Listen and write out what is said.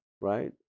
Right